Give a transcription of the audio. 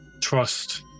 trust